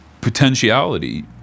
potentiality